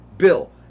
Bill